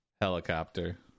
helicopter